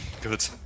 Good